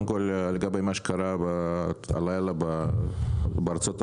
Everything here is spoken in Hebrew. לגבי מה שקרה הלילה בארצות הברית.